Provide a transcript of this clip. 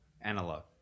Analog